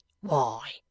Why